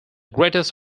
greatest